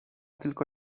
tylko